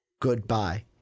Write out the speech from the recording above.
Goodbye